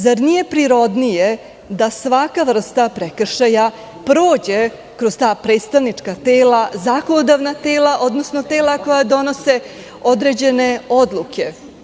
Zar nije prirodnije da svaka vrsta prekršaja prođe kroz ta predstavnička tela, zakonodavna tela, odnosno, tela koja donose određene odluke?